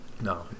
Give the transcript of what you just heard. No